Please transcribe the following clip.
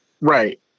Right